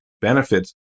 benefits